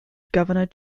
governor